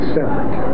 Separate